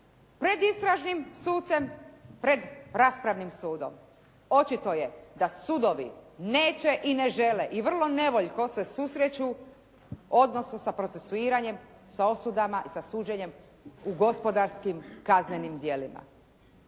pred istražnim sucem, pred raspravnim sudom. Očito je da sudovi neće i ne žele i vrlo nevoljko se susreću odnosi sa procesuiranjem, sa osudama i sa suđenjem u gospodarskim kaznenim djelima.